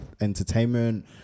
Entertainment